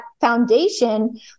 foundation